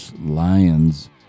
Lions